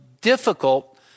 difficult